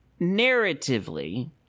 narratively